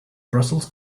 brussels